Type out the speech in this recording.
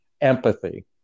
empathy